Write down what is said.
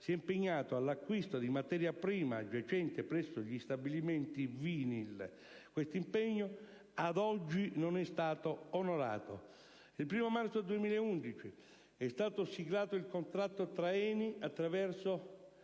si è impegnato all'acquisto di materia prima giacente presso gli stabilimenti Vinyls. Questo impegno, ad oggi, non è stato onorato. Il 1° marzo 2011 è stato siglato il contratto tra ENI, attraverso